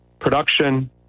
production